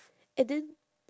and then